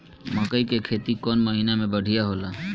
मकई के खेती कौन महीना में बढ़िया होला?